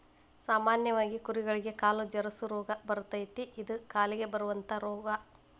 ಸಾಮಾನ್ಯವಾಗಿ ಕುರಿಗಳಿಗೆ ಕಾಲು ಜರಸು ರೋಗಾ ಬರತತಿ ಇದ ಕಾಲಿಗೆ ಬರುವಂತಾ ರೋಗಾ